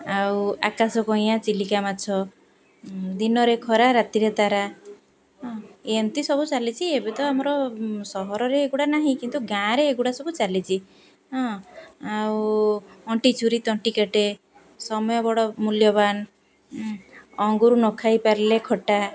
ଆଉ ଆକାଶ କଇଆଁ ଚିଲିକା ମାଛ ଦିନରେ ଖରା ରାତିରେ ତାରା ଏମିତି ସବୁ ଚାଲିଛି ଏବେ ତ ଆମର ସହରରେ ଏଗୁଡ଼ା ନାହିଁ କିନ୍ତୁ ଗାଁରେ ଏଗୁଡ଼ା ସବୁ ଚାଲିଛି ହଁ ଆଉ ଅଣ୍ଟି ଛୁରୀ ତଣ୍ଟି କାଟେ ସମୟ ବଡ଼ ମୂଲ୍ୟବାନ ଅଙ୍ଗରୁ ନ ଖାଇ ପାରିଲେ ଖଟା